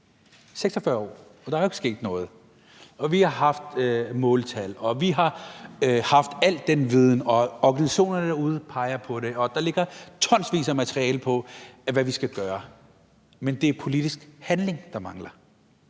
46 år! – og der er jo ikke sket noget. Vi har haft måltal, vi har haft al den viden, organisationerne derude peger på det, og der ligger tonsvis af materiale om, hvad vi skal gøre, men det er politisk handling, der mangler.